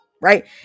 Right